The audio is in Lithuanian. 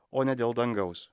o ne dėl dangaus